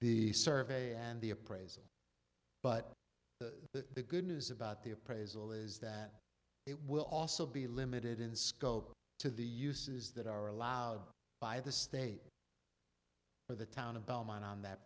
the survey and the appraisal but the good news about the appraisal is that it will also be limited in scope to the uses that are allowed by the state or the town of belmont on that